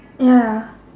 ya